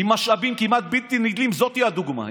עם משאבים כמעט בלתי נדלים, זאת היא הדוגמה.